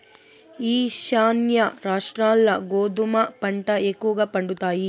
ఈశాన్య రాష్ట్రాల్ల గోధుమ పంట ఎక్కువగా పండుతాయి